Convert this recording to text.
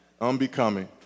unbecoming